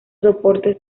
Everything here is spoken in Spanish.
soportes